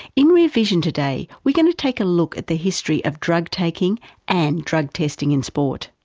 in rear vision today we're going to take a look at the history of drug taking and drug testing in sport.